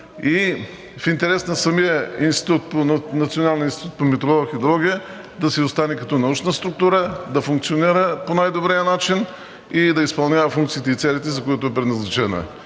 и в интерес на самия институт – Националният институт по метеорология и хидрология, е да си остане като научна структура, да функционира по най-добрия начин и да изпълнява функциите и целите, за които е предназначена.